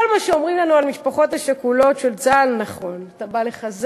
כל מה שאומרים לנו על המשפחות השכולות של צה"ל נכון: אתה בא לחזק,